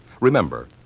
Remember